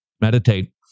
meditate